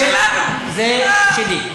זה שלי.